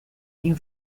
new